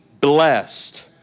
blessed